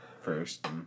first